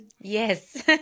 yes